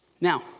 Now